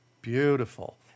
Beautiful